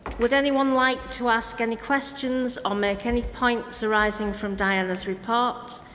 would anyone like to ask any questions or make any points arising from diana's report?